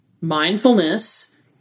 Mindfulness